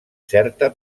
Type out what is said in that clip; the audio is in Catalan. certa